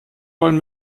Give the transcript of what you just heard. wollen